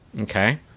okay